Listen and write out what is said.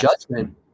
judgment